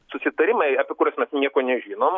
susitarimai apie kuriuos mes nieko nežinom